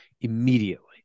immediately